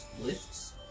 lifts